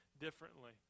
differently